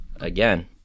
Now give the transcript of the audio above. Again